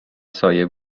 سایه